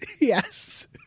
Yes